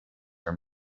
were